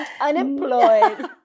Unemployed